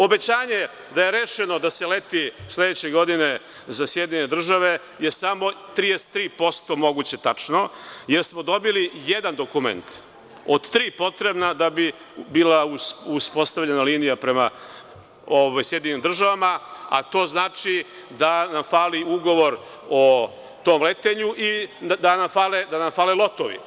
Obećanje da je rešeno da se leti sledeće godine za SAD je samo 33% moguće tačno, jer smo dobili jedan dokument od tri potrebna da bi bila uspostavljena linija prema SAD, a to znači da nam fali ugovor o tom letenju i da nam fale lotovi.